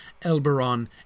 Elberon